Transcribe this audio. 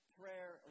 prayer